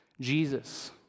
Jesus